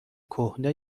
کهنه